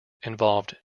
involved